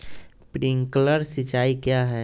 Sprinkler सिंचाई क्या है?